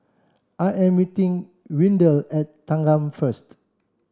I am meeting Windell at Thanggam first